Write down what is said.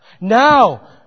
Now